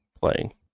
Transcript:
playing